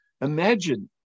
imagine